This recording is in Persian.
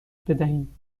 بدهیم